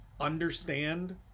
understand